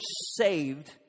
saved